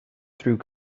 through